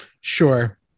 sure